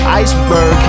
iceberg